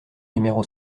numéro